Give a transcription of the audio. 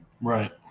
right